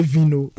Vino